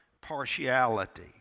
partiality